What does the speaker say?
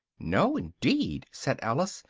no, indeed, said alice,